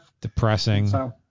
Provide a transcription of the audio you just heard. Depressing